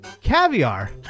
caviar